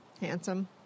handsome